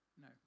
No